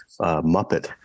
muppet